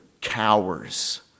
cowers